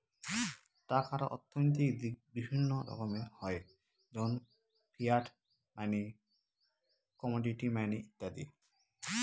টাকার অর্থনৈতিক দিক বিভিন্ন রকমের হয় যেমন ফিয়াট মানি, কমোডিটি মানি ইত্যাদি